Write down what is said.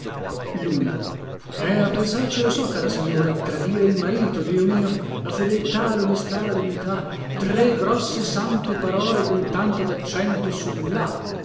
eh a pensarci lo so cara signora tradire il marito dio mio la fedeltà lonestà la dignità tre grosse sante parole con tanto daccento su